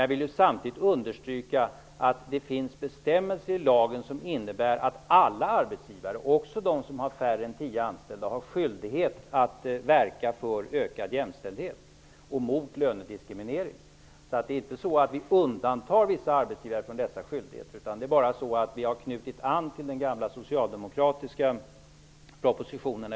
Jag vill dock samtidigt understryka att det finns bestämmelser i lagen som innebär att alla arbetsgivare, även de som har färre än tio anställda, har skyldighet att verka för ökad jämställdhet och mot lönediskriminering. Vi undantar således inte vissa arbetsgivare från dessa skyldigheter, utan vi har bara knutit an till den gamla socialdemokratiska propositionen.